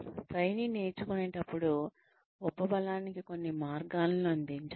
trainee నేర్చుకునేటప్పుడు ఉపబలానికి కొన్ని మార్గాలను అందించండి